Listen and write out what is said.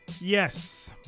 Yes